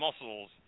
muscles